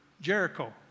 Jericho